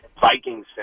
Vikings